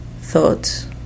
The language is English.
thoughts